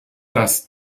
dass